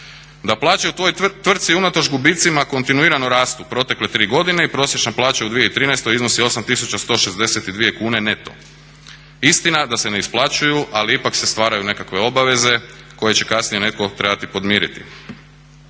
da plaće u toj tvrtci unatoč gubicima kontinuirano rastu protekle tri godine i prosječna plaća u 2013. iznosi 8162 kune neto. Istina je da se ne isplaćuju, ali ipak se stvaraju nekakve obaveze koje će kasnije netko trebati podmiriti.